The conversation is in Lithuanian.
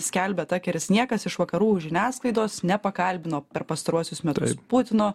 skelbia takeris niekas iš vakarų žiniasklaidos nepakalbino per pastaruosius metus putino